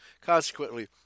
consequently